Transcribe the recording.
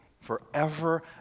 forever